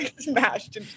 smashed